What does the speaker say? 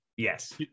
Yes